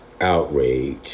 outrage